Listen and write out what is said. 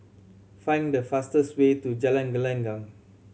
find the fastest way to Jalan Gelenggang